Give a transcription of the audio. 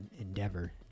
endeavor